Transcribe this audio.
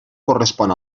correspon